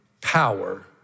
power